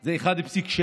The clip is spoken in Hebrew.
זה 1.7,